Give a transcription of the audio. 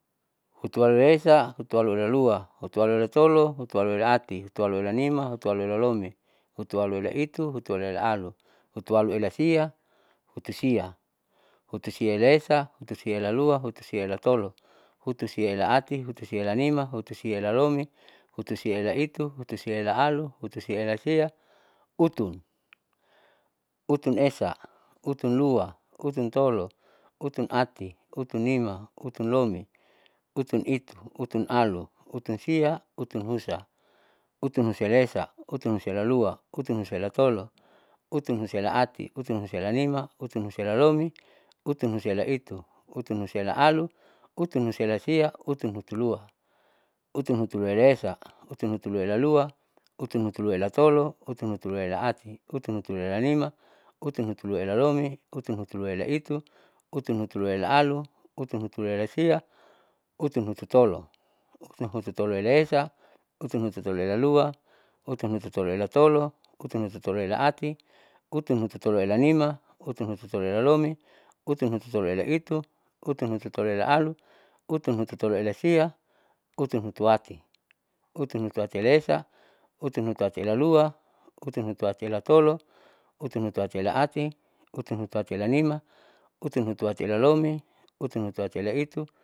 Hutualuela esa, hutualuela lua, hutualuela tolo, hutualuela ati, hutualuela nima, hutualuela lomi, hutualuela itu, hutualuela alu, hutualuela sia, hutusia, hutusiaela esa, hutusiaela lua, hutusiaela tolo, hutusiaela ati, hutusiaela nima, hutusiaela lomi, hutusiaela itu, hutusiaela alu, hutusiaela sia, utun, utun esa, utun lua, utun tolo, utun ati, utun nima, utun lomi, utun itu, utun alu, utun sia, utun husa, utunusaela esa, utunusaela lua, utunusaela tolo, utunusaela ati, utunusaela nima, utunusaela lomi, utunusaela itu, utunusaela alu, utunusaela sia, utunhutulua, utunhutuluaela esa, utunhutuluaela lua, utunhutuluaela tolo, utunhutuluaela ati, utunhutuluaela nima, utunhutuluaela lomi, utunhutuluaela itu, utunhutuluaela alu, utunhutuluaela sia, utunhututolo, utunhututoloela esa, utunhututoloela lua, utunhututoloela tolo, utunhututoloela ati, utunhututoloela nima, utunhututoloela lomi, utunhututoloela itu, utunhututoloela alu, utunhututoloela sia, utunhutuati, utunhutuatiela esa, utunhutuatiela lua, utunhutuatiela tolo, utunhutuatiela ati, utunhutuatiela nima, utunhutuatiela lomi, utunhutuatiela itu.